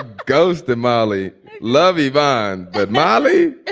goes the mali luvvie bomb but mali